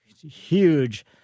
huge